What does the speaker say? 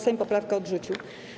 Sejm poprawkę odrzucił.